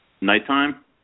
nighttime